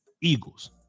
Eagles